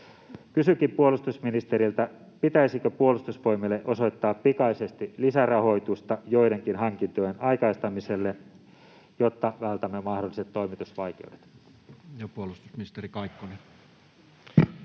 Kysynkin puolustusministeriltä: pitäisikö Puolustusvoimille osoittaa pikaisesti lisärahoitusta joidenkin hankintojen aikaistamiselle, jotta vältämme mahdolliset toimitusvaikeudet? Ja puolustusministeri Kaikkonen.